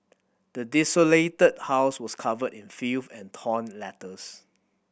the desolated house was covered in filth and torn letters